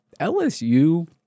LSU